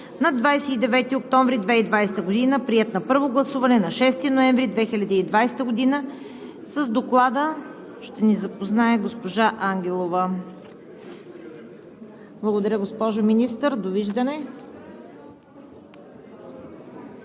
на 29 октомври 2020 г., приет на първо гласуване на 6 ноември 2020 г. С Доклада ще ни запознае госпожа Ангелова. Благодаря, госпожо Министър. Довиждане!